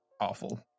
awful